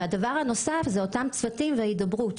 הדבר הנוסף הוא צוותים להידברות ,